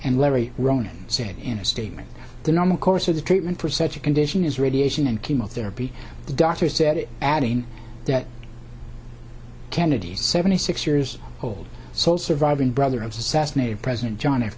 and larry ronan said in a statement the normal course of the treatment for such a condition is radiation and chemotherapy the doctor said it adding that kennedy's seventy six years old so surviving brother of success named president john f